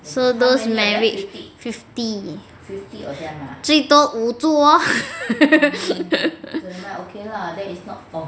so those marriage fifty 最多五桌